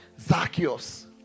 Zacchaeus